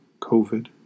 COVID